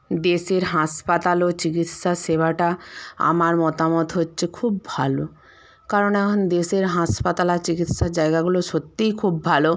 দেশের হাঁসপাতাল ও চিকিৎসা সেবাটা আমার মতামত হচ্ছে খুব ভালো কারণ এখন দেশের হাসপাতাল আর চিকিৎসার জায়গাগুলো সত্যিই খুব ভালো